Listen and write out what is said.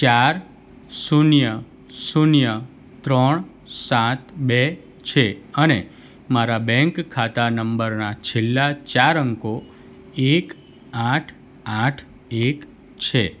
ચાર શૂન્ય શૂન્ય ત્રણ સાત બે છે અને મારા બેંક ખાતા નંબરના છેલ્લા ચાર અંકો એક આઠ આઠ એક છે